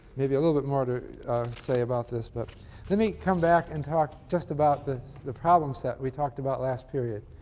maybe a little bit more to um say about this, but let me come back and talk just about the problem set we talked about last period.